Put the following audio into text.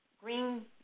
green